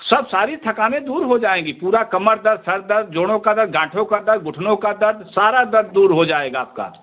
सब सारी थकाने दूर हो जाएँगी पूरा कमर दर्द सर दर्द जोड़ों का दर्द गाँठो का दर्द घुटनों का दर्द सारा दर्द दूर हो जाएगा आपका